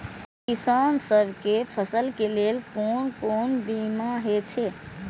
किसान सब के फसल के लेल कोन कोन बीमा हे छे?